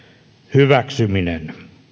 hyväksyminen